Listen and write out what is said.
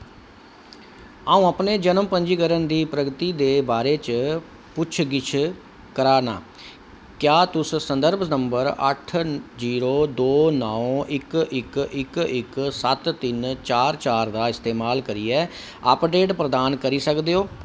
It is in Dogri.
अ'ऊं अपने जन्म पंजीकरण दी प्रगति दे बारे च पुच्छगिच्छ करा नां क्या तुस संदर्भ नंबर अट्ठ जीरो दो नौ इक इक इक इक सत्त तिन चार चार दा इस्तेमाल करियै अपडेट प्रदान करी सकदे ओ